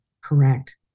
Correct